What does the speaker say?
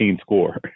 score